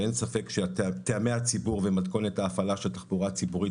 ואין ספק שטעמי הציבור ומתכונת ההפעלה של תחבורה ציבורית